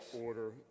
Order